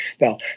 now